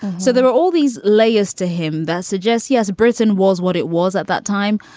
so there are all these layers to him that suggests he has britten was what it was at that time.